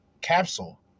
Capsule